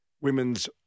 women's